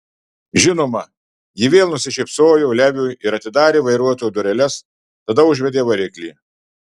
žinoma ji vėl nusišypsojo leviui ir atidarė vairuotojo dureles tada užvedė variklį